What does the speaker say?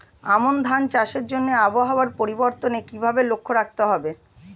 আমন ধান চাষের জন্য আবহাওয়া পরিবর্তনের কিভাবে লক্ষ্য রাখতে হয়?